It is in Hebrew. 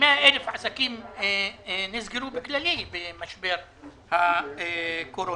100,000 עסקים נסגרו במשבר הקורונה.